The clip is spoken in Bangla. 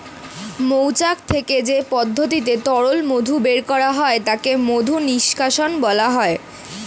মৌচাক থেকে যে পদ্ধতিতে তরল মধু বের করা হয় তাকে মধু নিষ্কাশণ বলা হয়